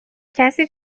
کسی